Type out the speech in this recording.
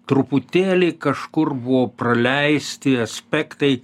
truputėlį kažkur buvo praleisti aspektai